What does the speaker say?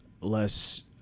less